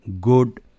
good